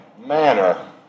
manner